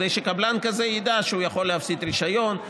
ושקבלן כזה ידע שהוא יכול להפסיד רישיון,